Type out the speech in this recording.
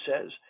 says